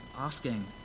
asking